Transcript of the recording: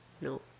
no